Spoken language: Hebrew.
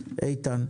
איתן.